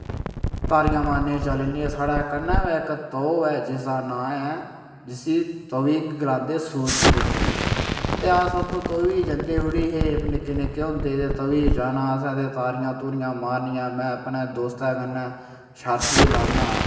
तारियां मारने ई चली जन्ने साढ़े कन्नै गै इक तौह् ऐ जिसदा नांऽ ऐ जिसी तवी गलांदे सूरजपुत्री ते अस उत्थूं तवी ई जंदे उठी हे निक्के निक्के होंदे हे ते तवी ई जाना असें ते तारियां तुरियां मारनियां में अपने दोस्तें कन्नै शर्त बी लान्ना